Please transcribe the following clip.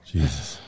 Jesus